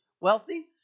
wealthy